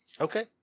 Okay